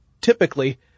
typically